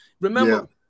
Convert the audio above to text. Remember